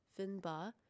Finbar